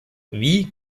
wie